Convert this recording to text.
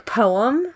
poem